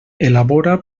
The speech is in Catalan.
elabora